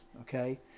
Okay